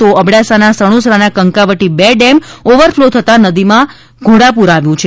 તો અબડાસા ના સણોસરાનો કંકાવટી બે ડેમ ઓવરફ્લો થયા નદી માં ઘોડાપૂર આવ્યું છે